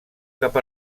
cap